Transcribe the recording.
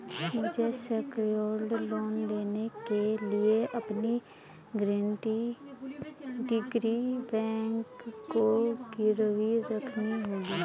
मुझे secured loan लेने के लिए अपनी डिग्री बैंक को गिरवी रखनी होगी